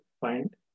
find